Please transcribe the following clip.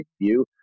view